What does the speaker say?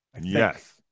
Yes